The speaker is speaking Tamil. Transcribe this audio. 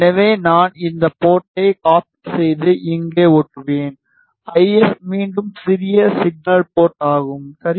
எனவே நான் இந்த போர்டை காப்பி செய்து இங்கே ஒட்டுவேன் ஐஎப் மீண்டும் சிறிய சிக்னல் போர்ட் ஆகும் சரி